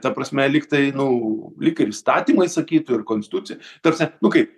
ta prasme lygtai nu lyg ir įstatymai sakytų ir konstitucija ta prasme nu kaip